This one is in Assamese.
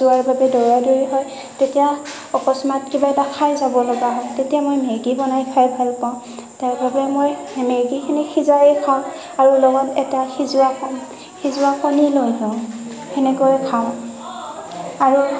যোৱাৰ বাবে দৌৰা দৌৰি হয় তেতিয়া অকস্মাত কিবা এটা খাই যাব লগা হয় তেতিয়া মই মেগী বনাই খাই ভাল পাওঁ তাৰ বাবে মেগীখিনি সিজাই খাওঁ আৰু লগত এটা সিজোৱা কণী সিজোৱা কণী লৈ লওঁ সেনেকৈ খাওঁ আৰু